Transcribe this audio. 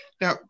Now